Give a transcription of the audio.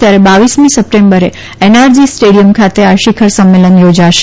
ત્યારે બાવીસમી સપ્ટેમ્બરે એનઆરજી સ્ટેડિયમ ખાતે આ શિખર સંમેલન યોજાશે